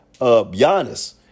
Giannis